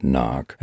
Knock